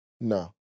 No